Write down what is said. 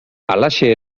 halaxe